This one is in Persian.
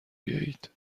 بیایید